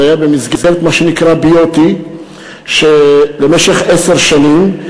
זה היה במסגרת מה שנקרא BOT למשך עשר שנים,